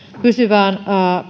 pysyvään